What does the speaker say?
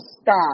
stop